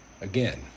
again